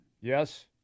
Yes